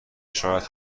شاید